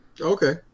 Okay